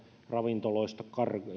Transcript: ravintoloista